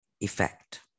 effect